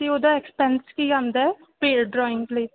ਤੇ ਉਹਦਾ ਐਕਸਪੈਂਸ ਕੀ ਆਉਂਦਾ ਪੇਲ ਡਰਾਇੰਗ ਲਈ